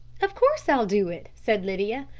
of course i'll do it, said lydia.